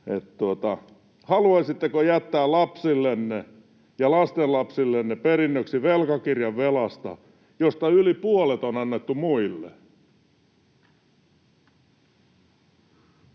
haluaisitteko jättää lapsillenne ja lastenlapsillenne perinnöksi velkakirjan velasta, josta yli puolet on annettu muille?